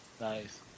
Nice